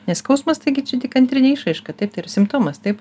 nes skausmas taigi čia tik antrinė išraiška taip tai yra simptomas taip